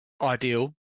ideal